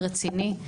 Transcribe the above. רציני.